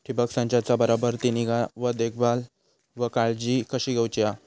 ठिबक संचाचा बराबर ती निगा व देखभाल व काळजी कशी घेऊची हा?